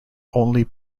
only